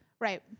Right